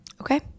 Okay